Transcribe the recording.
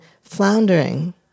floundering